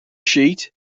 sheet